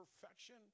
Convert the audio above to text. perfection